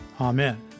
Amen